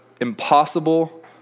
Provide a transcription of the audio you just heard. impossible